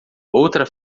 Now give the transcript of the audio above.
outra